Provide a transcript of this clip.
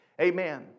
Amen